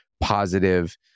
positive